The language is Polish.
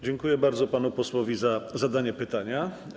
Dziękuję bardzo panu posłowi za zadanie pytania.